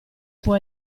può